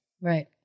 Right